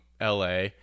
la